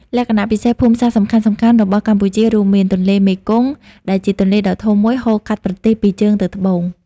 លក្ខណៈពិសេសភូមិសាស្ត្រសំខាន់ៗរបស់កម្ពុជារួមមាន ទន្លេមេគង្គ ដែលជាទន្លេដ៏ធំមួយហូរកាត់ប្រទេសពីជើងទៅត្បូង។